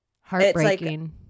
heartbreaking